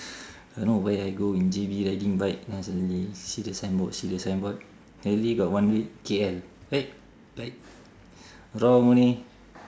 don't know where I go in J_B riding bike then I suddenly see the signboard see the signboard really got one read K_L right right wrong leh